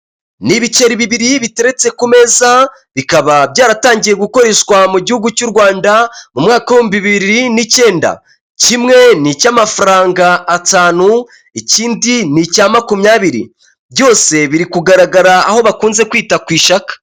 Ni ibiceri bibiri biteretse ku meza bikaba byaratangiye gukoreshwa mu gihugu cy'u Rwanda mu mwaka ibihumbi bibiri n'icyenda, kimwe ni icy'amafaranga atanu ikindi ni icya makumyabiri. Byose biri kugaragara aho bakunze kwita ku ishaka.